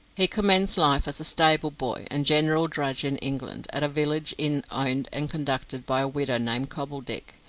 he commenced life as a stable boy and general drudge in england, at a village inn owned and conducted by a widow named cobbledick.